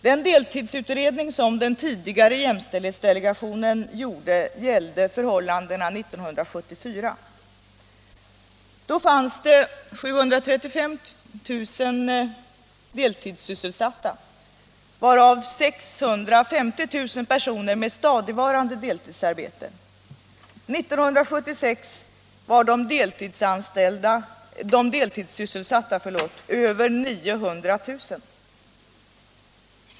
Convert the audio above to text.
Den deltidsutredning som den tidigare jämställdhetsdelegationen gjorde gällde förhållandena 1974. Då fanns det 735 000 deltidssysselsatta, varav 650 000 hade stadigvarande deltidsarbete. År 1976 var de deltidssysselsatta över 900 000.